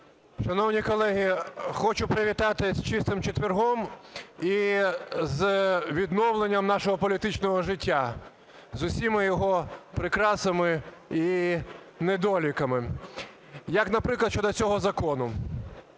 Шановні колеги, хочу привітати з Чистим четвергом і з відновленням нашого політичного життя, з усіма його прикрасами і недоліками, як, наприклад, щодо цього закону.